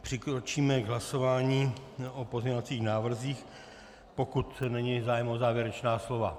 Přikročíme k hlasování o pozměňovacích návrzích, pokud není zájem o závěrečná slova.